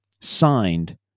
signed